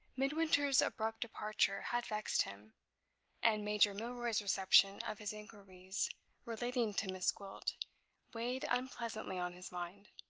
midwinter's abrupt departure had vexed him and major milroy's reception of his inquiries relating to miss gwilt weighed unpleasantly on his mind.